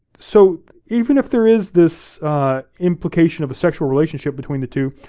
so even if there is this implication of a sexual relationship between the two,